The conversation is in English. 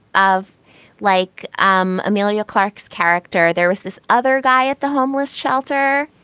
of like um amelia clark's character there was this other guy at the homeless shelter.